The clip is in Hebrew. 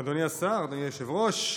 אדוני השר, אדוני היושב-ראש,